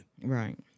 Right